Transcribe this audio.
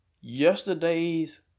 yesterday's